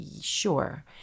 Sure